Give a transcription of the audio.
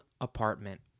apartment